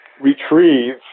retrieve